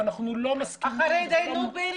אנחנו נבקש מהם להגיע לדיון הבא